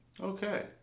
Okay